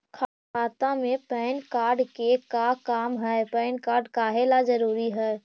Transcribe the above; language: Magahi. खाता में पैन कार्ड के का काम है पैन कार्ड काहे ला जरूरी है?